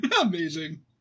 Amazing